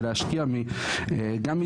ולהשקיע גם מזמנם,